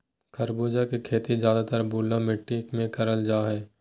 खरबूजा के खेती ज्यादातर बलुआ मिट्टी मे करल जा हय